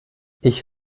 ich